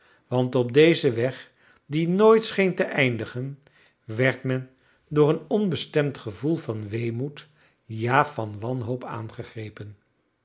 want op dezen weg die nooit scheen te eindigen werd men door een onbestemd gevoel van weemoed ja van wanhoop aangegrepen